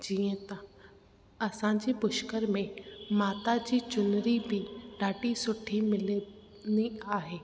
जीअं त असांजी पुष्कर में माता जी चुनरी बि ॾाढी सुठी मिलंदी आहे